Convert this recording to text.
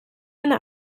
eine